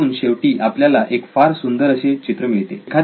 यातून शेवटी आपल्याला एक फार सुंदर असे चित्र मिळते